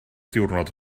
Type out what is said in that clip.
diwrnod